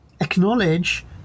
acknowledge